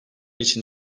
için